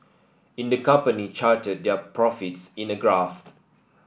in the company charted their profits in a graph